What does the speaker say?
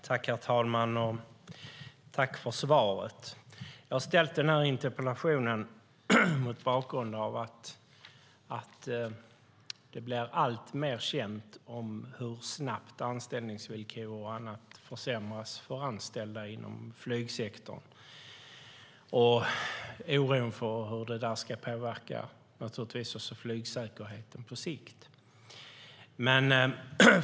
Herr talman! Jag tackar för svaret. Jag har ställt interpellationen mot bakgrund av att det blir alltmer känt hur snabbt anställningsvillkoren försämras för anställda inom flygsektorn och oron för hur det naturligtvis också påverkar flygsäkerheten på sikt.